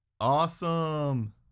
Awesome